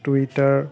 twitter